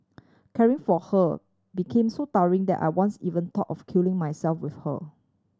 caring for her became so tiring that I once even thought of killing myself with her